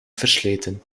versleten